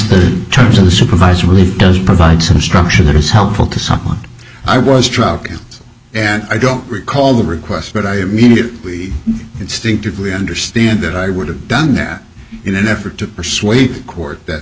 the terms of the supervisor really does provide some structure that is helpful to someone i was struck and i don't recall the request but i immediately instinctively understand that i would have done that in an effort to persuade court that